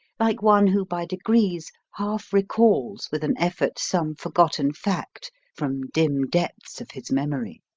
like one who by degrees half recalls with an effort some forgotten fact from dim depths of his memory.